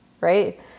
Right